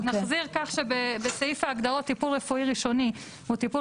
אז נחזיר כך שבסעיף ההגדרות "טיפול רפואי ראשוני" הוא "טיפול